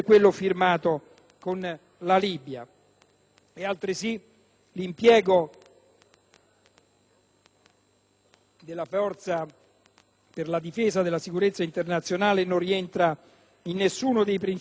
forza per la difesa della sicurezza internazionale non rientra in nessuno dei principi dello *ius cogens* che sono sovraordinati al diritto convenzionale.